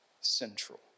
central